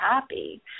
happy